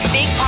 Big